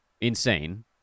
insane